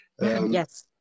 Yes